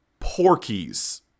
porkies